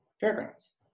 fairgrounds